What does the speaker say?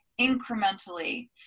incrementally